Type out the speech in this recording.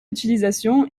utilisation